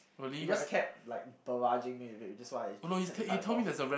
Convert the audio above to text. he just kept like barraging me with it that's why I had to cut him off